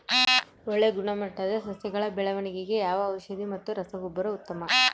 ಒಳ್ಳೆ ಗುಣಮಟ್ಟದ ಸಸಿಗಳ ಬೆಳವಣೆಗೆಗೆ ಯಾವ ಔಷಧಿ ಮತ್ತು ರಸಗೊಬ್ಬರ ಉತ್ತಮ?